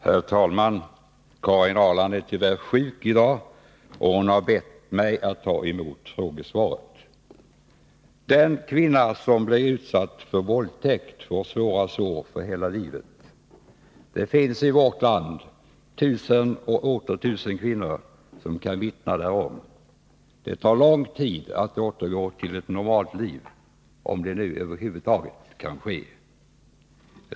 Herr talman! Karin Ahrland är tyvärr sjuk i dag, och hon har bett mig att ta emot frågesvaret. Den kvinna som blir utsatt för våldtäkt får svåra sår för hela livet. Det finns i vårt land tusen och åter tusen kvinnor som kan vittna därom. Det tar lång tid att återgå till ett normalt liv — om det nu över huvud taget kan ske.